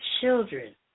children